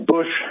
Bush